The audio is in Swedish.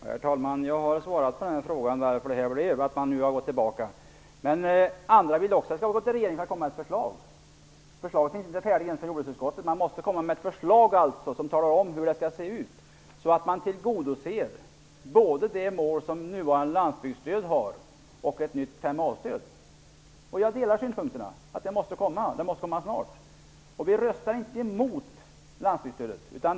Herr talman! Jag har svarat på den fråga som Dan Regeringen måste nu komma med ett förslag. Förslaget finns inte färdigt ens i jordbruksutskottet, utan vi måste först ha ett förslag som talar om hur detta skall se ut, hur man skall kunna tillgodose både målen med det nuvarande landsbygdsstödet och ett nytt 5a-stöd. Jag delar synpunkten att detta förslag måste komma snart. Vi röstar inte emot landsbygdsstödet.